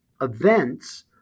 events